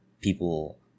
people